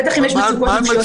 בטח אם יש מצוקות נפשיות.